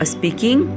Speaking